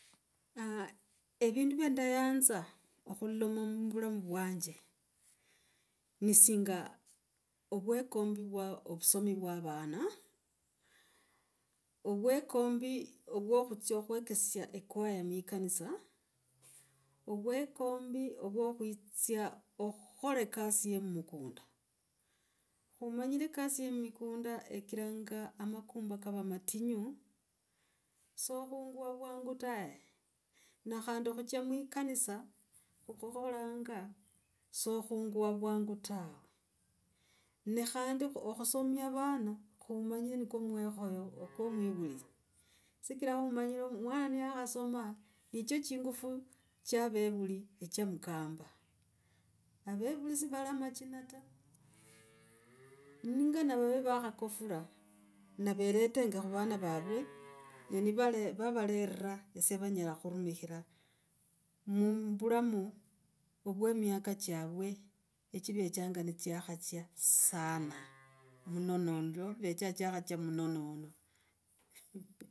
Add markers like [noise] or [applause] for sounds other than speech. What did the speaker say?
[hesitation] evindu vya ndayanza akhulalama muvulamu vwanje ni singa ovwekambi vwa ovusomi vwa avana. Ovwekambi vwa khutsia khwekesia echoir mukanisa, ovwekwambi vwa khutsia khukhala ekasi ya mukunda. Khumanyire ekasi ya mukunda ekiranga amakumba kava matinyu syokhungwa vwangu tae. Ne khandi khucha muikanisa khukhukhalanga syokhungwa vwangu tawe. Ne khandi akhusamia avana khumanyire niko kamwekhoya, kamwevuli sikra khumanyire mwana niyakhasoma nicho chingufu cha avevuli va mkamba. Avevuli sivali amachina ta. [noise] Ninganavave vakhakotula, naveretenge khu vana vavwe, ne vavlera sya vanyela khumikhira, muvulamu vwa miaka chavwe echivechanga chakhachia sana muna nondio chivechaa chakhachia muno nondio.